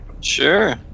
Sure